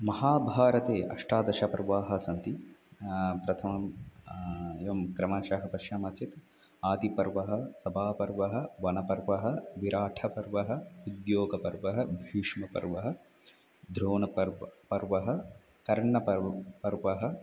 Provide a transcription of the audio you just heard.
महाभारते अष्टादशपर्वाणि सन्ति प्रथमम् एवं क्रमशः पश्यामश्चेत् आदिपर्व सभापर्व वनपर्व विराटपर्व उद्योगपर्व भीष्मपर्व द्रोणपर्व पर्व कर्णपर्व